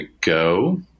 go